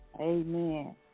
Amen